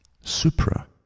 supra